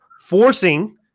forcing